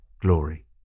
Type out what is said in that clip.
glory